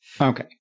Okay